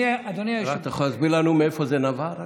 אתה יכול רק להסביר לנו מאיפה זה נבע?